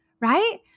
right